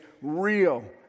real